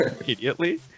Immediately